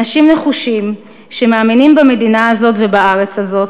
אנשים נחושים, שמאמינים במדינה הזאת ובארץ הזאת,